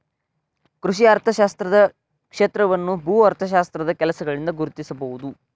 ಕೃಷಿ ಅರ್ಥಶಾಸ್ತ್ರದ ಕ್ಷೇತ್ರವನ್ನು ಭೂ ಅರ್ಥಶಾಸ್ತ್ರದ ಕೆಲಸಗಳಿಂದ ಗುರುತಿಸಬಹುದು